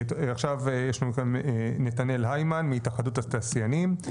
עכשיו יש לנו כאן את נתנאל היימן מהתאחדות התעשיינים.